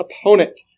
opponent